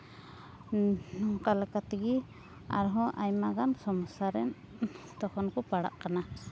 ᱱᱚᱝᱠᱟ ᱞᱮᱠᱟ ᱛᱮᱜᱮ ᱟᱨᱦᱚᱸ ᱟᱭᱢᱟ ᱜᱟᱱ ᱥᱚᱢᱚᱥᱥᱟ ᱨᱮ ᱛᱚᱠᱷᱚᱱ ᱠᱚ ᱯᱟᱲᱟᱜ ᱠᱟᱱᱟ